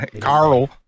Carl